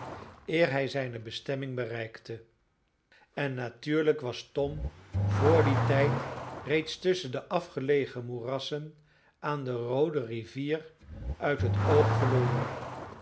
eer hij zijne bestemming bereikte en natuurlijk was tom vr dien tijd reeds tusschen de afgelegen moerassen aan de roode rivier uit het oog verloren